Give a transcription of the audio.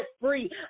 free